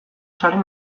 zaren